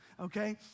okay